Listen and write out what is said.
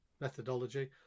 methodology